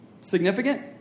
Significant